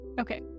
Okay